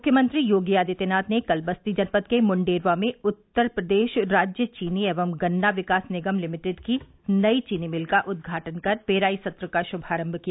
मुख्यमंत्री योगी आदित्यनाथ ने कल बस्ती जनपद के मुंडेरवा में उत्तर प्रदेश राज्य चीनी एवं गन्ना विकास निगम लिमिटेड की नई चीनी मिले का उद्घाटन कर पेराई सत्र का शुमारंभ किया